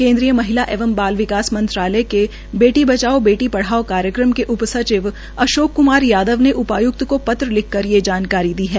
केन्द्रीय महिला एवं बाल विकास मंत्रालय के बेटी बचाओ बेटी पढ़ाओ कार्यक्रम के उप सचिव अशोक क्मार यादव ने उपायुक्त को पत्रलिखकर ये जानकारी दी है